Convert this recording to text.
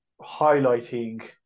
highlighting